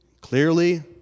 clearly